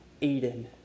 Eden